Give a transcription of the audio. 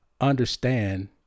understand